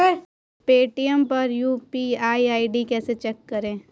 Paytm पर UPI ID कैसे check करें?